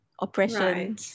oppression